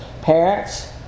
parents